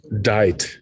died